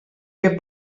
què